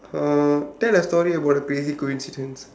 uh tell a story about a crazy coincidence